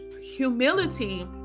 Humility